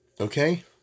Okay